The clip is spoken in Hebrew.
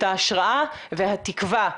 את ההשראה והתקווה,